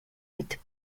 with